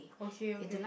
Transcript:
okay okay